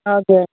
हजुर